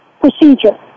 procedure